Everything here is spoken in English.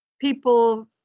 People